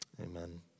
Amen